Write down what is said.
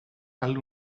alla